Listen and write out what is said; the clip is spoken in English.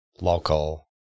local